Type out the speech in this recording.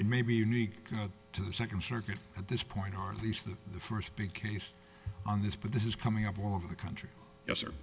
mean maybe unique to the second circuit at this point or least the first big case on this but this is coming up all over the country yes